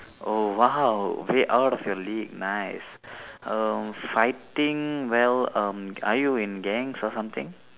oh !wow! way out of your league nice err fighting well um are you in gangs or something